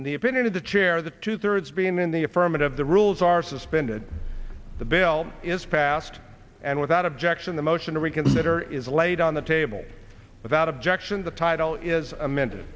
in the opinion of the chair the two thirds being in the affirmative the rules are suspended the bill is passed and without objection the motion to reconsider is laid on the table without objection the title is amend